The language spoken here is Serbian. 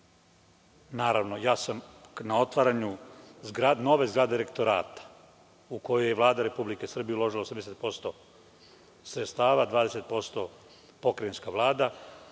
Naravno, ja sam na otvaranju nove zgrade rektorata, u koju je Vlada Republike Srbije uložila 80% sredstava, 20% pokrajinska vlada,